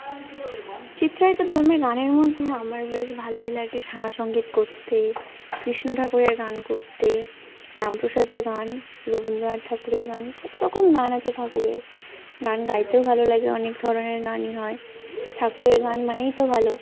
চিত্রায়িত ধর্মের গানের মধ্যে আমার বেশ ভালোই লাগে শ্যামা সংগীত করতে কৃষ্ণ ঠাকুরের গান করতে রামপ্রসাদের গান রবীন্দ্রনাথ ঠাকুরের গান কত রকম গান আছে ঠাকুরের গান গাইতেও ভালো লাগে অনেক ধরনের গানই হয় ঠাকুরের গান মানেই তো ভালো